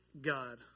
God